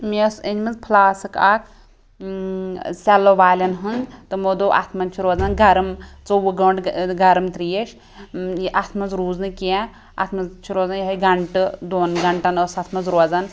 مےٚ ٲس أنمٕژ فٕلاسٕک اکھ سیٚلو والیٚن ہنٛز تِمو دوٚپ اَتھ منٛز چھِ روزان گرٕم ژوٚوُہ گھٲنٛٹہٕ گرٕم ترٛیش اۭں یہِ اَتھ منٛز روٗز نہٕ کیٚنٛہہ اَتھ منٛز چھِ روزان یِہٲے گَھنٹہٕ دۄن گھنٹَن ٲس اَتھ منٛز روزان